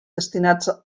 destinats